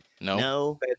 no